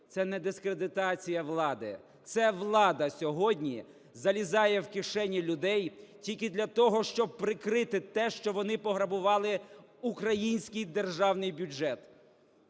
Це не дискредитація влади – це влада сьогодні залізає в кишені людей тільки для того, щоб прикрити те, що вони пограбували український державний бюджет.